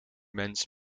mensen